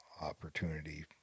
opportunity